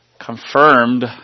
confirmed